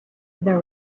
the